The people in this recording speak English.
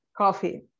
coffee